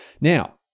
Now